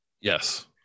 Yes